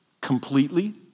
completely